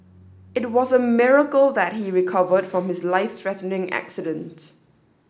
it was a miracle that he recovered from his life threatening accident